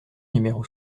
numéro